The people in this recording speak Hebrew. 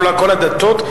כל הדתות,